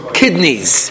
kidneys